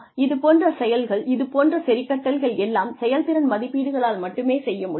இது போன்ற செயல்கள் இதுபோன்ற சரிகட்டல்கள் எல்லாம் செயல்திறன் மதிப்பீடுகளால் மட்டுமே செய்ய முடியும்